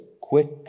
quick